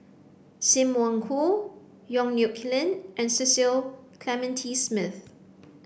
Sim Wong Hoo Yong Nyuk Lin and Cecil Clementi Smith